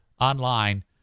online